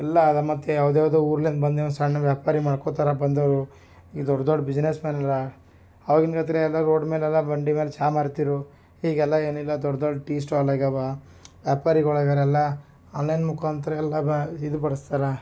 ಎಲ್ಲ ನಮ್ಮ ಮತ್ತು ಯಾವ್ದು ಯಾವುದೋ ಊರಿಂದ ಬಂದು ನೀವು ಸಣ್ಣ ವ್ಯಾಪಾರಿ ಮಾಡ್ಕೋತಾರೆ ಬಂದವರು ಈ ದೊಡ್ಡ ದೊಡ್ಡ ಬಿಸ್ನೆಸ್ ಮ್ಯಾನರ ಆವಾಗೀನ ಎಲ್ಲ ರೋಡ್ ಮೇಲೆ ಎಲ್ಲ ಬಂಡಿ ಮೇಲೆ ಚಹಾ ಮಾರ್ತಿರು ಈಗೆಲ್ಲ ಏನಿಲ್ಲ ದೊಡ್ಡ ದೊಡ್ಡ ಟೀ ಸ್ಟಾಲ್ ಆಗಿವೆ ವ್ಯಾಪಾರೀಗಳಾಗ್ಯಾರ್ ಎಲ್ಲ ಆನ್ಲೈನ್ ಮುಖಾಂತ್ರ ಎಲ್ಲಾ ಇದು ಪಡಿಸ್ತಾರ